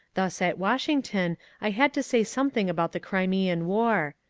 thus at washington i had to say something about the crimean war.